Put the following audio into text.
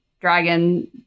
dragon